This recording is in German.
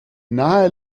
nahe